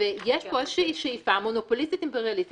ויש פה איזושהי שאיפה מונופוליסטית אימפריאליסטית